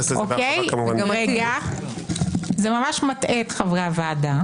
זה ממש מטעה את חברי הוועדה.